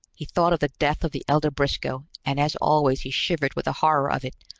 he thought of the death of the elder briscoe, and as always he shivered with the horror of it,